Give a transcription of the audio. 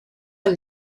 del